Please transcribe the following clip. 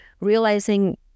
realizing